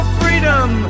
freedom